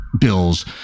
bills